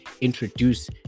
introduce